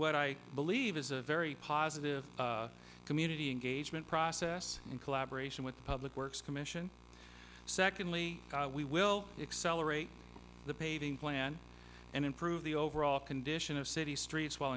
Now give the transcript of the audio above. what i believe is a very positive community engagement process in collaboration with the public works commission secondly we will excel array the paving plan and improve the overall condition of city streets while